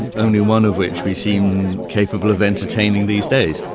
and only one of which we seem capable of entertaining these days.